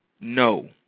No